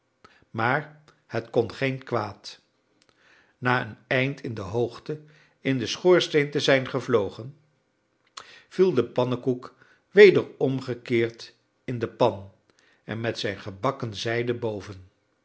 maar het kon geen kwaad na een eind in de hoogte in den schoorsteen te zijn gevlogen viel de pannekoek weder omgekeerd in de pan en met zijn gebakken zijde boven